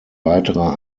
weiterer